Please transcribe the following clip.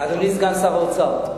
אדוני סגן שר האוצר,